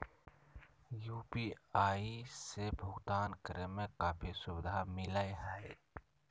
UPI से भुकतान करे में काफी सुबधा मिलैय हइ